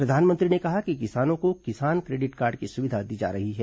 प्रधानमंत्री ने कहा कि किसानों को किसान क्रेटिड कार्ड की सुविधा दी जा रही है